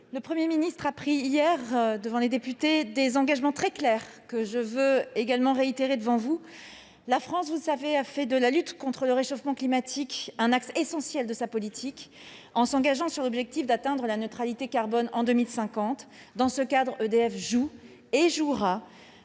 le Premier ministre a pris hier, devant les députés, des engagements très clairs, que je veux réitérer devant vous. Comme vous le savez, la France a fait de la lutte contre le réchauffement climatique un axe essentiel de sa politique, en s'engageant sur l'objectif d'atteindre la neutralité carbone en 2050. Dans ce cadre, EDF joue et jouera